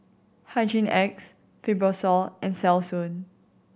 Hygin X Fibrosol and Selsun